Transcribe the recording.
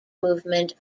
movement